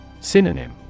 Synonym